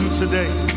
Today